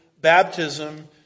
baptism